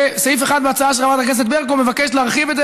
וסעיף אחד בהצעה של חברת הכנסת ברקו מבקש להרחיב את זה